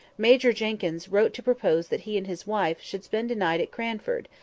major jenkyns wrote to propose that he and his wife should spend a night at cranford,